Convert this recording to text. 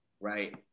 right